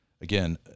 again